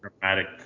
dramatic